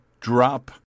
drop